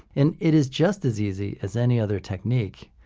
and it is just as easy as any other technique,